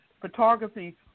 photography